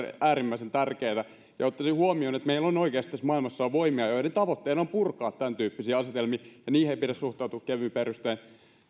äärimmäisen tärkeätä ja ottaisin huomioon että meillä on oikeasti tässä maailmassa voimia joiden tavoitteena on purkaa tämäntyyppisiä asetelmia ja niihin ei pidä suhtautua kevyin perustein